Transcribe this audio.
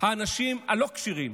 האנשים הלא-כשירים,